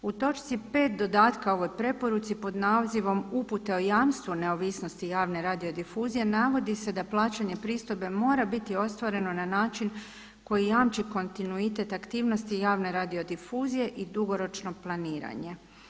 U točci 5. dodatka ovoj preporuci pod nazivom „Upute o jamstvu neovisnosti javne radio difuzije“ navodi se da plaćanje pristojbe mora biti ostvareno na način koji jamči kontinuitet aktivnosti javne radiodifuzije i dugoročno planiranje.